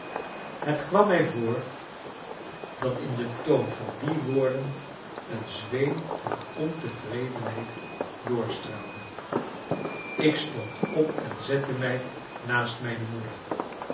het kwam mij voor dat in den toon van die woorden een zweem van ontevredenheid doorstraalde ik stond op en zette mij naast mijne moeder